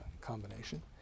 combination